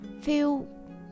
Feel